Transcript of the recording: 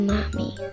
Mommy